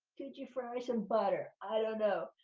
could you fry some butter? i don't know.